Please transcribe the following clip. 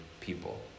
people